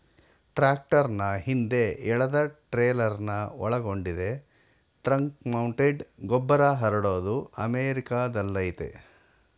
ಟ್ರಾಕ್ಟರ್ನ ಹಿಂದೆ ಎಳೆದಟ್ರೇಲರ್ನ ಒಳಗೊಂಡಿದೆ ಟ್ರಕ್ಮೌಂಟೆಡ್ ಗೊಬ್ಬರಹರಡೋದು ಅಮೆರಿಕಾದಲ್ಲಯತೆ